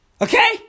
Okay